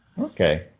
Okay